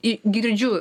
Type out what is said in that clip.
į girdžiu